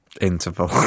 interval